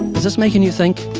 is this making you think?